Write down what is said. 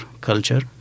culture